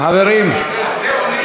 על זה אומרים אדוני היושב-ראש,